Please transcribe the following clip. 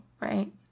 right